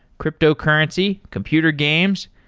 cryptocurrency, computer games,